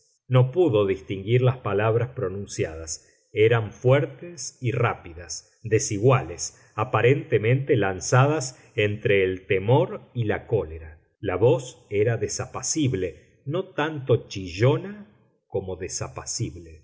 no pudo distinguir las palabras pronunciadas eran fuertes y rápidas desiguales aparentemente lanzadas entre el temor y la cólera la voz era desapacible no tanto chillona como